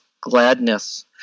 gladness